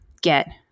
get